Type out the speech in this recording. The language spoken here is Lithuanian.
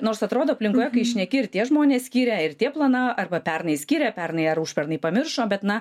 nors atrodo aplinkoje kai šneki ir tie žmonės skyrė ir tie plana arba pernai skyrė pernai ar užpernai pamiršo bet na